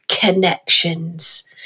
connections